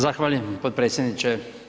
Zahvaljujem potpredsjedniče.